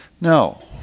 No